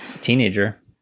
teenager